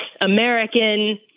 American